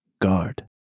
guard